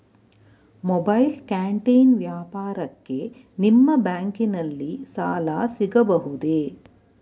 Mobile canteen ವ್ಯಾಪಾರಕ್ಕೆ ನಿಮ್ಮ ಬ್ಯಾಂಕಿನಲ್ಲಿ ಸಾಲ ಸಿಗಬಹುದೇ?